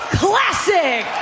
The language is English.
classic